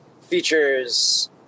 features